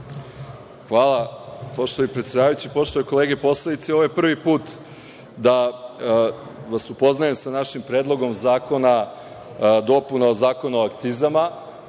Hvala. Poštovani predsedavajući, poštovane kolege poslanici, ovo je prvi put da vas upoznajem sa našim predlogom zakona o dopunama Zakona o akcizama.